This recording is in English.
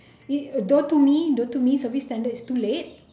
eh though to me though to me service standard is too late